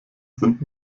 sind